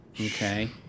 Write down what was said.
okay